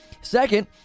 second